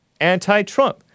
anti-Trump